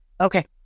Okay